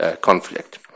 conflict